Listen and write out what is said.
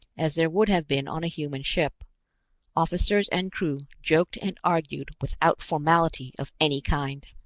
as there would have been on a human ship officers and crew joked and argued without formality of any kind.